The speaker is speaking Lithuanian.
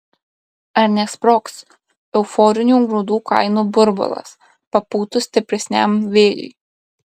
ar nesprogs euforinių grūdų kainų burbulas papūtus stipresniam vėjui